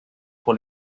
pour